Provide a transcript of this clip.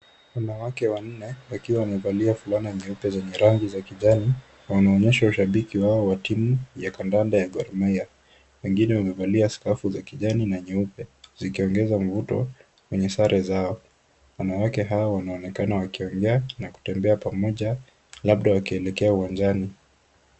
Wanawake wanne wakiwa wamevalia fulana zenye rangi ya kijani wanaonyesha ushabiki wao wa timu ya kandanda ya Gor Mahia. Wengine wamevalia skafu za kijani na nyeupe zikiongeza mvuto kwenye sare zao. Wanawake hao wanaonekana wakiongea na kutembea pamoja labda wakielekea uwanjani.